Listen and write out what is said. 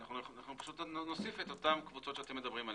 אנחנו נוסיף את אותן קבוצות עליהן אתם מדברים.